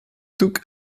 took